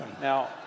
Now